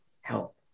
help